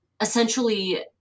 essentially